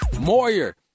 Moyer